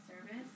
service